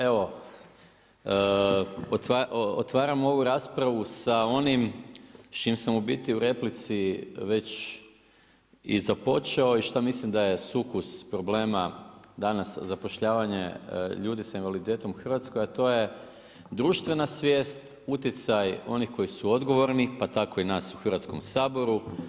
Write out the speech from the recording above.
Evo, otvaram ovu raspravu sa onim s čim sam u biti u replici već i započeo i šta mislim da je sukus problema danas zapošljavanja ljudi sa invaliditetom u Hrvatskoj a to je društvena svijest, utjecaj onih koji su odgovorni pa tako i nas u Hrvatskom saboru.